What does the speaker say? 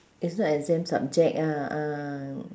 it's not exam subject ah ah